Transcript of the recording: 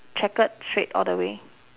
checkered straight all the way